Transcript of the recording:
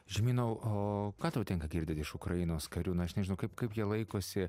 žemyna o ką tau tenka girdėt iš ukrainos karių na aš nežinau kaip kaip jie laikosi